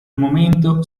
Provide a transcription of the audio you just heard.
momento